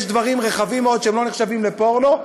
יש דברים רחבים מאוד שלא נחשבים לפורנו,